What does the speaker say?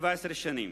17 שנים.